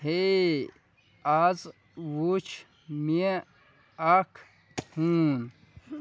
ہے آز وٕچھُ مےٚ اکھ ہوٗن